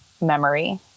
memory